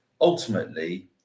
Ultimately